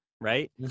right